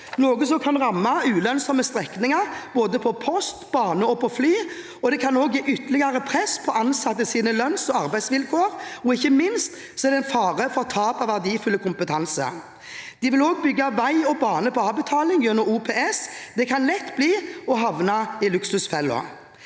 noe som kan ramme ulønnsomme strekninger for både post, bane og fly. Det kan også gi ytterligere press på ansattes lønns- og arbeidsvilkår, og ikke minst er det fare for tap av verdifull kompetanse. – De vil også bygge vei og bane på avbetaling gjennom OPS. Det kan lett bli å havne i luksusfellen.